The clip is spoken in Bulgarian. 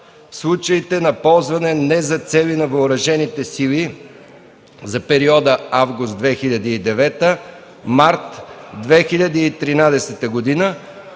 в случаите на ползване не за цели на въоръжените сили за периода август 2009 – март 2013 г.,